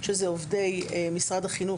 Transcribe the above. שאלו עובדי משרד החינוך,